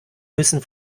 müssen